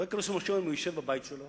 לא יקרה שום אסון אם הוא ישב בבית שלו